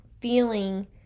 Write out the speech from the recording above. feeling